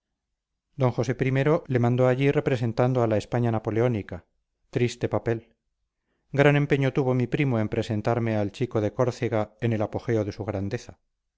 don josé i le mandó allí representando a la españa napoleónica triste papel gran empeño tuvo mi primo en presentarme al chico de córcega en el apogeo de su grandeza